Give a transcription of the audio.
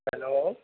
hello